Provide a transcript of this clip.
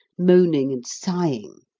moaning and sighing,